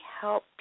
help